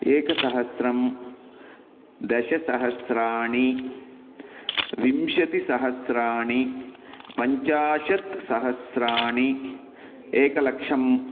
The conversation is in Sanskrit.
एकसहस्रं दशसहस्रं विंशतिसहस्रं पञ्चाशत्सहस्रं एकलक्षम्